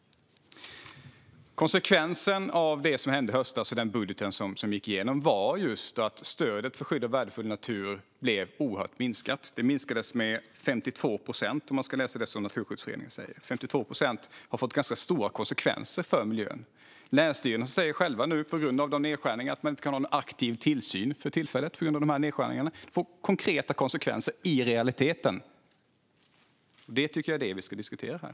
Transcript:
Konsekvensen av det som hände i höstas och den budget som gick igenom var just att stödet för skydd av värdefull natur minskade oerhört. Det minskade med 52 procent, om man läser det som Naturskyddsföreningen säger. Dessa 52 procent har fått ganska stora konsekvenser för miljön. Länsstyrelserna säger själva att man på grund av nedskärningarna inte kan ha en aktiv tillsyn för tillfället. Det får konkreta konsekvenser i realiteten, och det är det jag tycker att vi ska diskutera här.